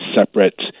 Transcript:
separate